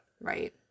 Right